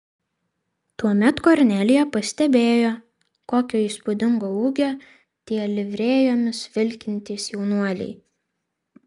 tuomet kornelija pastebėjo kokio įspūdingo ūgio tie livrėjomis vilkintys jaunuoliai